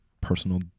personal